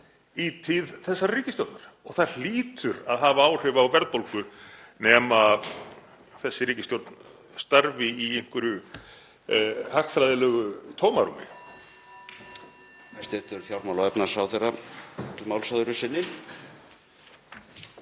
í tíð þessarar ríkisstjórnar og það hlýtur að hafa áhrif á verðbólgu, nema þessi ríkisstjórn starfi í einhverju hagfræðilegu tómarúmi.